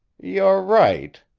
you're right,